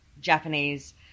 Japanese